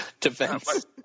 defense